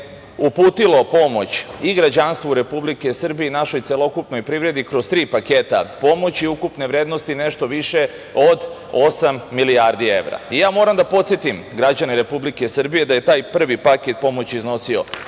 uputilo pomoć i građanstvu Republike Srbije i našoj celokupnoj privredi kroz tri paketa pomoći ukupne vrednosti nešto više od osam milijardi evra. Moram da podsetim građane Republike Srbije da je taj prvi paket pomoći iznosio